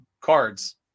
cards